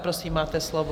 Prosím, máte slovo.